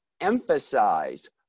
emphasize